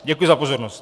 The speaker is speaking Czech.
Děkuji za pozornost.